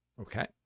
Okay